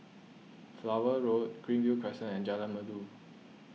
Flower Road Greenview Crescent and Jalan Merdu